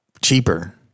cheaper